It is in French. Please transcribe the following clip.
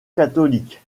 catholiques